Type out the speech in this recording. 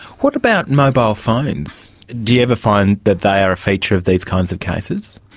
what about mobile phones? do you ever find that they are a feature of these kinds of cases?